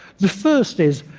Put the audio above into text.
the first is,